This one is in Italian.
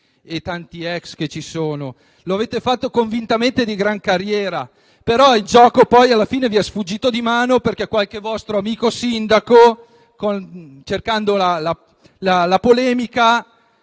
e tanti *ex* che ci sono; lo avete fatto convintamente e di gran carriera, però il gioco alla fine vi è sfuggito di mano perché qualche vostro amico sindaco, cercando la polemica,